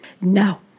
No